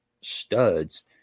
studs